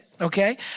okay